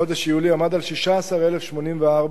עמד על 16,084,